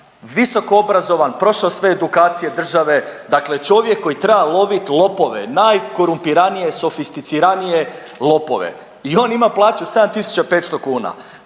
visokoobrazovan, prošao sve edukacije države, dakle čovjek koji treba lovit lopove, najkorumpiranije i sofisticiranije lopove i on ima plaću 7.500 kuna.